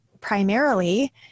primarily